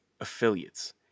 affiliates